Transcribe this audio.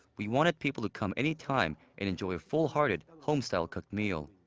we wanted people to come anytime and enjoy a full-hearted home-style cooked meal.